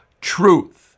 truth